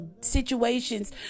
situations